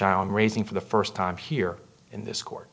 i'm raising for the first time here in this court